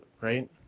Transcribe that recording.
right